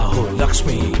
Lakshmi